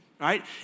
right